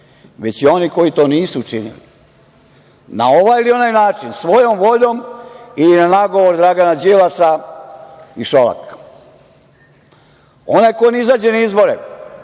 već i oni koji to nisu učinili na ovaj ili onaj način, svojom voljom i na nagovor Dragana Đilasa i Šolaka. Onaj ko ne izađe na izbore